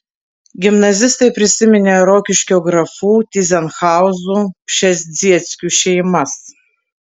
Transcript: gimnazistai prisiminė rokiškio grafų tyzenhauzų pšezdzieckių šeimas